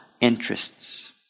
interests